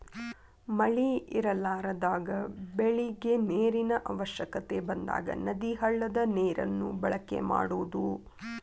ಮಳಿ ಇರಲಾರದಾಗ ಬೆಳಿಗೆ ನೇರಿನ ಅವಶ್ಯಕತೆ ಬಂದಾಗ ನದಿ, ಹಳ್ಳದ ನೇರನ್ನ ಬಳಕೆ ಮಾಡುದು